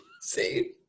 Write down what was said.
See